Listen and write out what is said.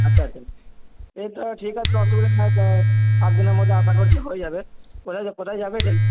আচ্ছা আচ্ছা এই তো ঠিক আছে অসুবিধা নেই তা সাতদিনের মধ্যে আশা করছি হয়ে যাবে কোথায় যাবেটা